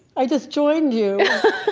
i just joined you.